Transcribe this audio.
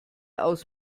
aus